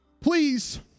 please